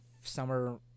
summer